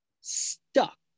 Stuck